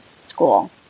school